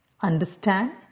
understand